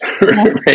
right